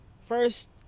First